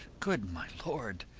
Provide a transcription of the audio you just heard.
good my lord,